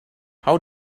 how